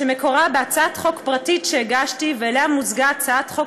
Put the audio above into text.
שמקורה בהצעת חוק פרטית שהגשתי ואליה מוזגה הצעת חוק